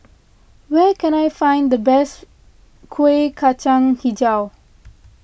where can I find the best Kueh Kacang HiJau